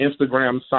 Instagram